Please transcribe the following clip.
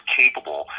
capable